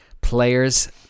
players